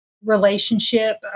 relationship